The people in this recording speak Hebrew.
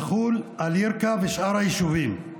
יחול על ירכא ועל שאר היישובים,